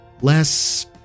less